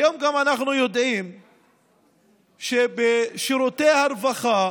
היום אנחנו גם יודעים ששירותי הרווחה,